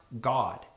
God